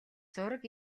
зураг